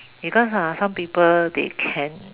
because ah some people they can